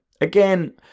again